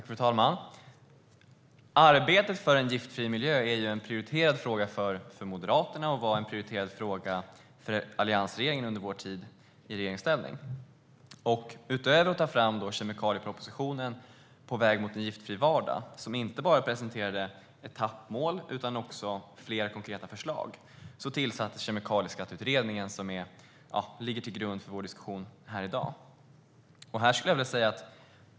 Fru talman! Arbetet för en giftfri miljö är en prioriterad fråga för Moderaterna, och det var en prioriterad fråga för alliansregeringen under vår tid i regeringsställning. Utöver att kemikaliepropositionen, På väg mot en giftfri vardag , togs fram, där man inte bara presenterade etappmål utan även flera konkreta förslag, tillsattes Kemikalieskatteutredningen som ligger till grund för vår diskussion här i dag.